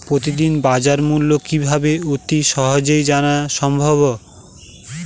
প্রতিদিনের বাজারমূল্য কিভাবে অতি সহজেই জানা সম্ভব?